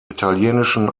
italienischen